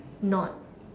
not